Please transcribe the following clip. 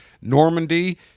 Normandy